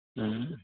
ہوں